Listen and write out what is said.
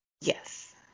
Yes